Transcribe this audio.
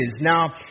Now